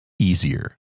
easier